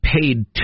paid